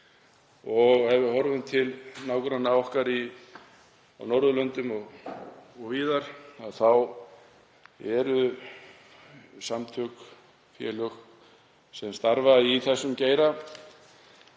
Ef við horfum til nágranna okkar á Norðurlöndum og víðar þá eru samtök og félög sem starfa í þessum geira